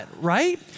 right